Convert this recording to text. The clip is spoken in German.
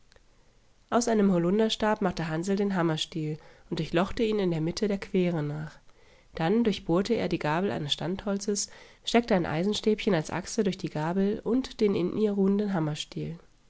aus einem holunderstab machte hansl den hammerstiel und durchlochte ihn in der mitte der quere nach dann durchbohrte er die gabel eines standholzes steckte ein eisenstäbchen als achse durch die gabel und den in ihr ruhenden hammerstiel